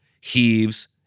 heaves